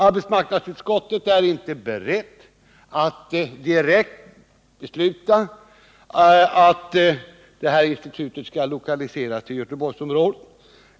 Arbetsmarknadsutskottet är inte berett att direkt besluta att detta institut skall lokaliseras till Göteborgsområdet.